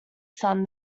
son